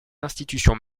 institutions